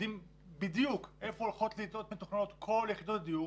יודעים בדיוק היכן להיות מתוכננות כל יחידות הדיור